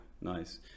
nice